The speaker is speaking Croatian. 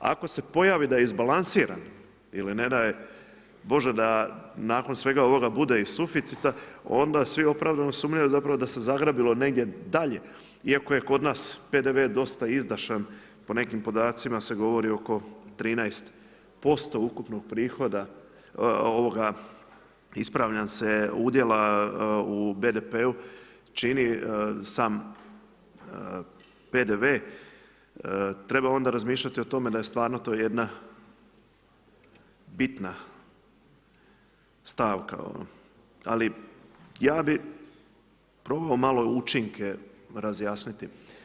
Ako se pojavi da je izbalansirano ili ne daj Bože da nakon svega ovoga bude i suficita onda svi opravdano sumnjaju zapravo da se zagrabilo negdje dalje iako je kod nas PDV dosta izdašan, po nekim podacima se govori oko 13% ukupnog prihoda, ispravljam se udjela u BDP-u čini sam PDV, treba onda razmišljati o tome da je stvarno to jedna bitna stavka ali ja bi probao malo učinke razjasniti.